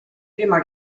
prima